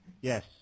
Yes